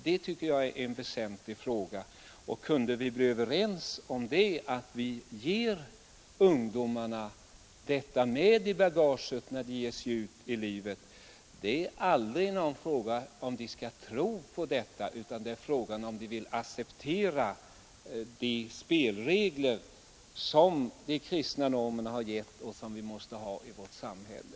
Det är en väsentlig fråga, och jag skulle önska att vi kunde bli överens om att ge ungdomarna denna undervisning med i bagaget när de ger sig ut i livet. Frågan gäller inte tro, utan om de vill acceptera de spelregler som de kristna normerna ger och som vi skall ha i vårt samhälle.